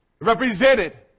Represented